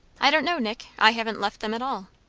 i don't know, nick i haven't left them at all.